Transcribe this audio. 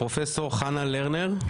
פרופסור חנה לרנר,